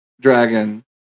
dragon